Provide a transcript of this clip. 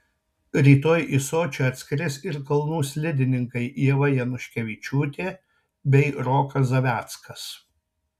rytoj į sočį atskris ir kalnų slidininkai ieva januškevičiūtė bei rokas zaveckas